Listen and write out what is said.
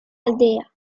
aldea